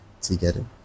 together